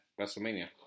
WrestleMania